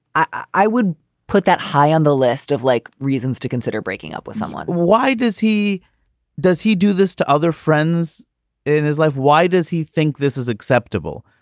i would put that high on the list of like reasons to consider breaking up with someone why does he does he do this to other friends in his life? why does he think this is acceptable?